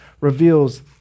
reveals